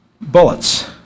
Bullets